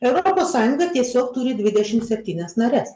europos sąjunga tiesiog turi dvidešim septynias nares